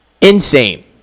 Insane